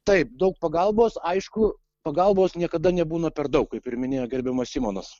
taip daug pagalbos aišku pagalbos niekada nebūna per daug kaip ir minėjo gerbiamas simonas